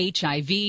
HIV